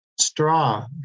straw